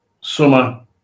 summer